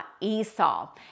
Esau